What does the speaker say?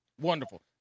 Wonderful